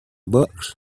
books